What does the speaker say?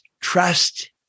trust